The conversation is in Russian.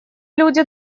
люди